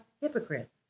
hypocrites